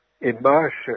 immersion